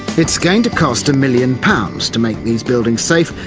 it's going to cost a million pounds to make these buildings safe,